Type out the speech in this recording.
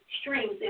streams